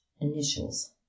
Initials